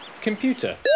Computer